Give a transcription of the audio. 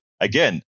Again